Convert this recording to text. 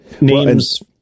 Names